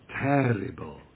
terrible